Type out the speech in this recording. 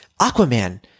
Aquaman